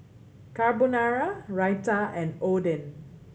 Carbonara Raita and Oden